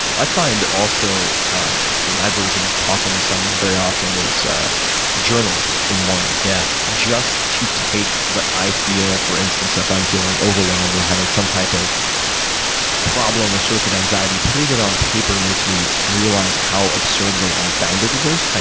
i find also ah you know my version of talking to someone very often is journaling in the morning. yeah just to take what i feel, for instance, if i am feeling overwhelmed or having some type of problem or source of anxiety, putting it on paper makes me realize how absurdly unfounded it is.